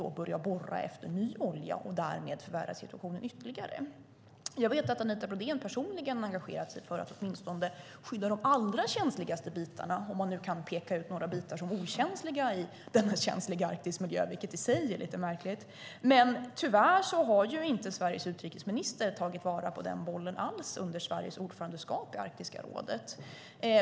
Man börjar borra efter ny olja och förvärrar därmed situationen ytterligare. Jag vet att Anita Brodén personligen har engagerat sig för att skydda åtminstone de allra känsligaste bitarna - om man nu kan peka ut några bitar som okänsliga i den känsliga arktiska miljön; det i sig är ju lite märkligt. Tyvärr har Sveriges utrikesminister inte alls tagit vara på den möjligheten under Sveriges ordförandeskap i Arktiska rådet.